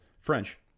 French